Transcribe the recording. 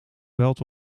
veld